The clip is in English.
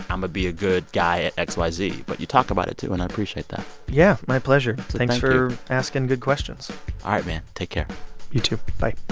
i'm-a be a good guy at x, y, z. but you talk about it, too, and i appreciate that yeah, my pleasure. thanks for asking good questions all right, man, take care you, too. bye